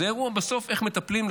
זה בסוף אירוע של איך מטפלים,